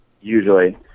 usually